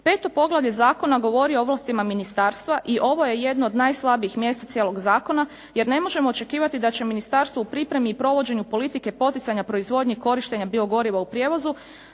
Peto poglavlje zakona govori o ovlastima ministarstva i ovo je jedno od najslabijih mjesta cijelog zakona jer ne možemo očekivati da će ministarstvo u pripremi i provođenju politike poticanja proizvodnje i korištenja biogoriva u prijevozu